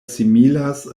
similas